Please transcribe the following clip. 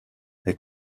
est